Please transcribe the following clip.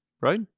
right